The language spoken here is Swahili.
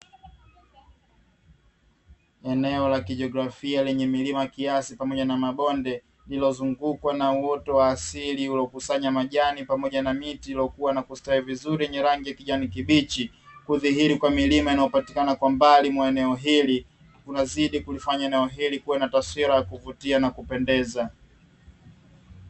Eneo la kijiografia lenye milima kiasi pamoja na mabonde, lililozungukwa na uoto wa asili, uliokusanya majani pamoja na miti iliyokua na kustawi vizuri, yenye rangi ya kijani kibichi. Kudhihiri kwa milima inayopatikana kwa mbali mwa eneo hili, kunazidi kulifanya eneo hili liwe na taswira ya kuvutia na kupendeza.